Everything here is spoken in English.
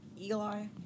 Eli